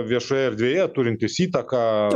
viešoje erdvėje turintys įtaką